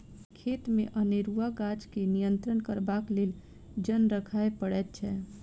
खेतमे अनेरूआ गाछ के नियंत्रण करबाक लेल जन राखय पड़ैत छै